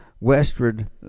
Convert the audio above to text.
westward